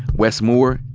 wes moore,